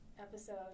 episode